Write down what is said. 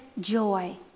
joy